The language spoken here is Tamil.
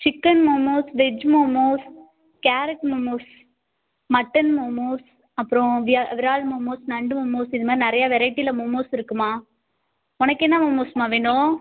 chicken momos veg momos carrot momos mutton momos அப்புறம் விறால் மோமோஸ் நண்டு மோமோஸ் இது மாதிரி நிறைய வெரைட்டியில மோமோஸ் இருக்கும்மா உனக்கு என்ன மோமோஸ்ம்மா வேணும்